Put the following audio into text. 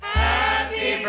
happy